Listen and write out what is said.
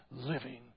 living